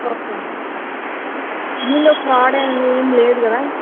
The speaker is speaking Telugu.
ఓకే అండి వీళ్ళు ఫ్రాడ్ అని ఏం లేదు కదా